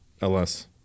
LS